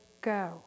go